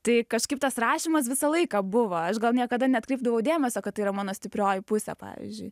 tai kažkaip tas rašymas visą laiką buvo aš gal niekada neatkreipdavau dėmesio kad tai yra mano stiprioji pusė pavyzdžiui